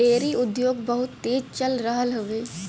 dairy उद्योग बहुत तेज चल रहल हउवे